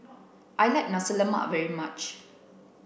I like nasi lemak very much